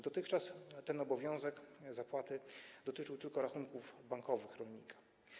Dotychczas ten obowiązek zapłaty dotyczył tylko rachunków bankowych rolnika.